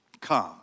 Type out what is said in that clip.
come